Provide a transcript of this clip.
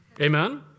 Amen